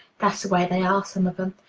that's the way they are, some of em.